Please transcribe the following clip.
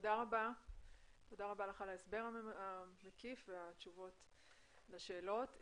תודה רבה על ההסבר המקיף והתשובות לשאלות.